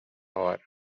hora